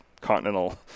Continental